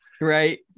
Right